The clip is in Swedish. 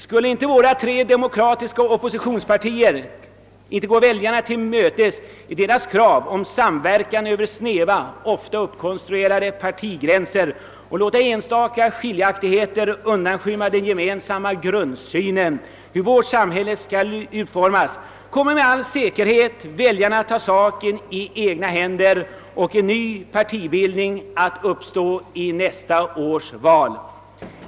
Skulle våra tre demokratiska oppositionspartier inte gå väljarna till mötes i deras krav om samverkan över snäva, ofta uppkonstruerade partigränser och låta enstaka skiljaktigheter undanskymma den gemensamma grundsynen på hur vårt samhälle skall utformas, kommer med all säkerhet väljarna att ta saken i egna händer och en ny partibildning att uppstå vid nästa års val.